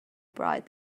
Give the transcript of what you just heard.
bright